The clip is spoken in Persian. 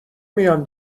میان